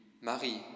Marie